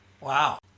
Wow